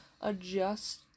adjust